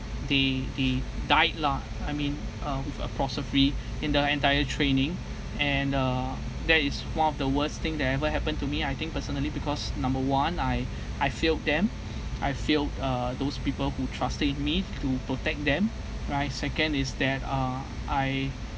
they they died lah I mean um in the entire training and uh that is one of the worst thing that ever happened to me I think personally because number one I I failed them I failed uh those people who trusted in me to protect them right second is that uh I